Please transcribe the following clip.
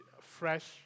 fresh